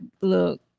look